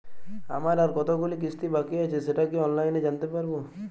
আমার আর কতগুলি কিস্তি বাকী আছে সেটা কি অনলাইনে জানতে পারব?